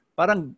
parang